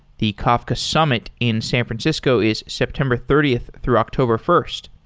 the kafka summit in san francisco is september thirtieth through october first.